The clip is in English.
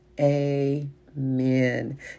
amen